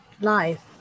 life